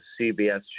CBS